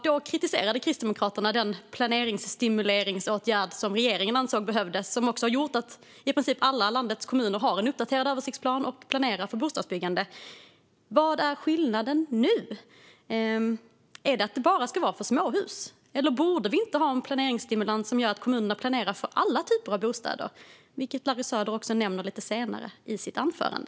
Då kritiserade Kristdemokraterna den planeringsstimuleringsåtgärd som regeringen ansåg behövdes och som också har gjort att i princip alla landets kommuner har en uppdaterad översiktsplan och planerar för bostadsbyggande. Vad är skillnaden nu? Är det att den bara ska gälla för småhus? Borde vi inte ha en planeringsstimulans som gör att kommunerna planerar för alla typer av bostäder, vilket Larry Söder också nämner lite senare i sitt anförande?